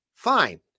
Fine